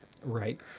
Right